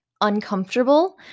uncomfortable